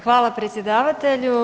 Hvala predsjedavatelju.